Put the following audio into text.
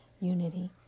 unity